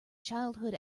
childhood